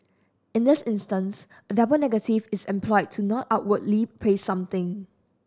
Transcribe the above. in this instance a double negative is employed to not outwardly praise something